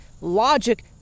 logic